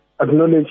acknowledge